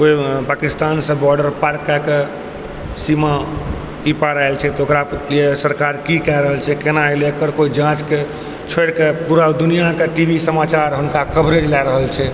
कोइ पकिस्तानसँ बॉडर पार कऽ कऽ सीमा ई पार आएल छै तऽ ओकरालिए सरकार की कऽ रहल छै कोना एलै एकर कोइ जाँचके छोड़िकऽ पूरा दुनियाके टी वी समाचार हुनका कवरेज लऽ रहल छै